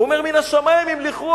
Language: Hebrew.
הוא אומר: מן השמים המליכוה.